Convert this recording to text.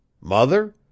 Mother